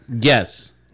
yes